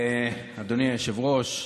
אדוני היושב-ראש,